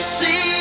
see